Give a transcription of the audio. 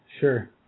Sure